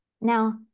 Now